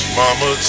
mama